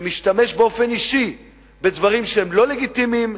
שמשתמש באופן אישי בדברים שהם לא לגיטימיים,